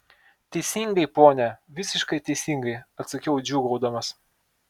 teisingai pone visiškai teisingai atsakiau džiūgaudamas